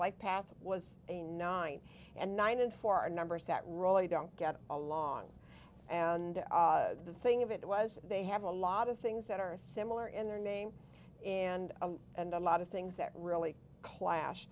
life path was a nine and nine and four numbers that really don't get along and the thing of it was they have a lot of things that are similar in their name and and a lot of things that really clash